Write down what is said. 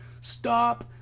Stop